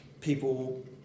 people